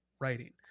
writing